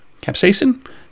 capsaicin